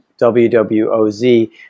WWOZ